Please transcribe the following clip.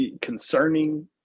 concerning